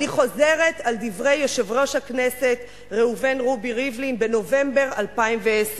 אני חוזרת על דברי יושב-ראש הכנסת ראובן רובי ריבלין בנובמבר 2010,